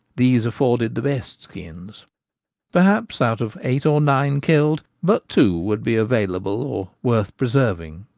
these afforded the best skins perhaps out of eight or nine killed but two would be available or worth preserving.